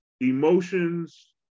emotions